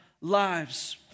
lives